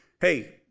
Hey